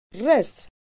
rest